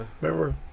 Remember